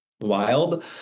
wild